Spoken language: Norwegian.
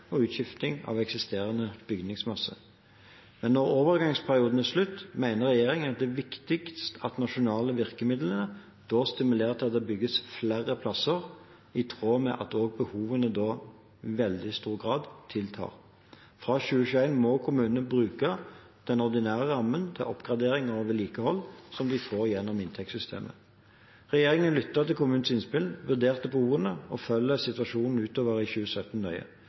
og utskifting av eksisterende bygningsmasse. Men når overgangsperioden er slutt, mener regjeringen det er viktigst at de nasjonale virkemidlene stimulerer til at det bygges flere plasser, i tråd med at også behovene da i veldig stor grad tiltar. Fra 2021 må kommunene bruke den ordinære rammen til oppgradering og vedlikehold, som de får gjennom inntektssystemet. Regjeringen lytter til kommunenes innspill, vurderer behovene og følger situasjonen utover i 2017 nøye.